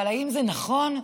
אבל האם זה נכון?